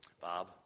Bob